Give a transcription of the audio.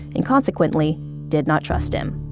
and consequently did not trust him.